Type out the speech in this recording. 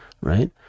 right